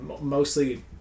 Mostly